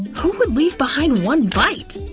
who would leave behind one bite!